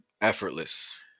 Effortless